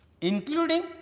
including